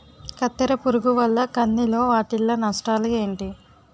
కత్తెర పురుగు వల్ల కంది లో వాటిల్ల నష్టాలు ఏంటి